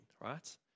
right